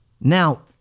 Now